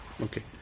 Okay